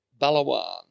Balawan